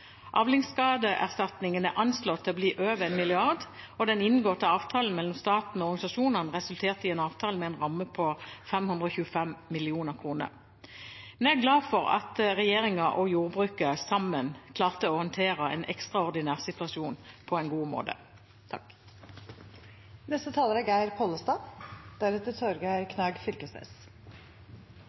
Avlingsskadeerstatningen er anslått til å bli over 1 mrd. kr, og den inngåtte avtalen mellom staten og organisasjonene resulterte i en avtale med en ramme på 525 mill. kr. Men jeg er glad for at regjeringen og jordbruket sammen klarte å håndtere en ekstraordinær situasjon på en god måte.